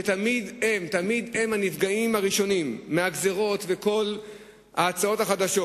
שתמיד הם הנפגעים הראשונים מהגזירות ומכל ההצעות החדשות?